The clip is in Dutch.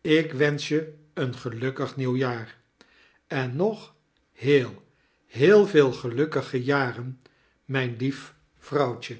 ik wensoli je een gelukkig nieuw jaar en nog heel heel veel gelukkige jaren mijn lief vrouwtje